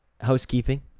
Housekeeping